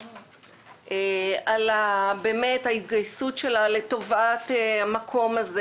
לוועדה על ההתגייסות שלה לטובת המקום הזה,